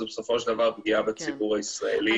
זה בסופו של דבר פגיעה בציבור הישראלי,